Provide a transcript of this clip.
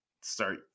start